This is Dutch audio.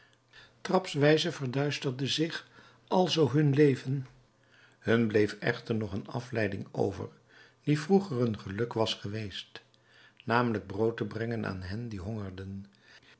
trapswijze verduisterde zich alzoo hun leven hun bleef echter nog een afleiding over die vroeger een geluk was geweest namelijk brood te brengen aan hen die hongerden